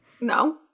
no